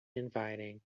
inviting